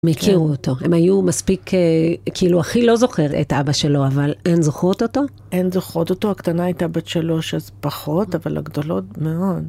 הם הכירו אותו. הם היו מספיק, כאילו, אחי לא זוכר את אבא שלו, אבל הן זוכרות אותו. אין זוכרות אותו. הקטנה הייתה בת שלוש, אז פחות, אבל הגדולות מאוד.